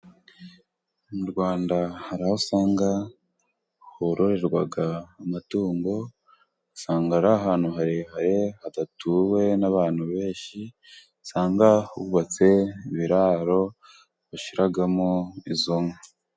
Mu Rwanda hari aho usanga hororerwa amatungo. Usanga ari ahantu harehare hadatuwe n'abantu benshi. Usanga hubatse ibiraro bashiramo izo nka.